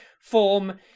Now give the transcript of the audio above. form